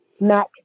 MAC